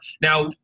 Now